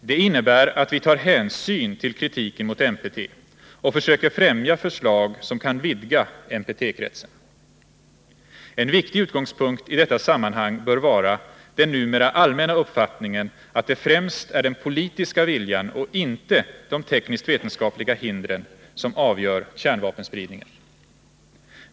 Det innebär att vi tar hänsyn till kritiken mot NPT och försöker främja förslag som kan vidga NPT-kretsen. En viktig utgångspunkt i detta sammanhang bör vara den numera allmänna uppfattningen att det främst är den politiska viljan och inte de tekniskt-vétenskapliga hindren som avgör kärnvapenspridningen.